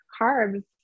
carbs